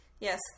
Yes